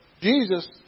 Jesus